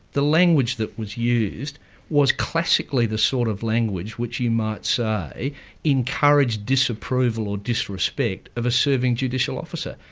the language that was used was classically the sort of language which you might say encouraged disapproval or disrespect of a serving judicial officer.